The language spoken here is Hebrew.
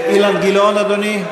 אילן גילאון, אדוני?